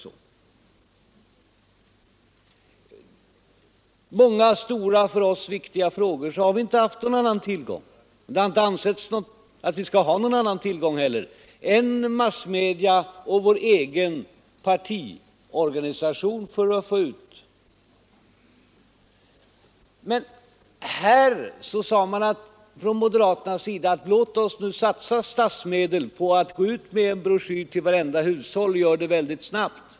I många stora och för oss viktiga frågor har vi inte haft någon annan tillgång — och det har heller inte ansetts att vi skall ha det — än massmedia och vår egen partiorganisation för att få ut information. Men här sade moderaterna: Låt oss nu satsa statsmedel för att gå ut med en broschyr till vartenda hushåll och göra detta snabbt.